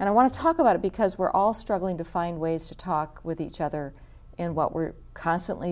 and i want to talk about it because we're all struggling to find ways to talk with each other and what we're constantly